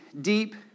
deep